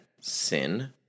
sin